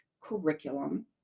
curriculum